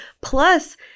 Plus